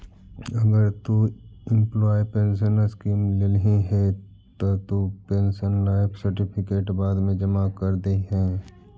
अगर तु employee pension scheme लेल्ही हे त तु पेंशनर लाइफ सर्टिफिकेट बाद मे जमा कर दिहें